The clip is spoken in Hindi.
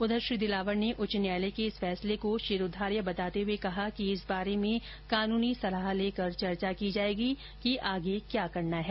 उधर श्री दिलावर ने उच्च न्यायालय के इस फैसले को शिरोधार्य बताते हुए कहा कि इस बारे में कानूनी सलाह लेकर चर्चा की जायेगी कि आगे क्या करना है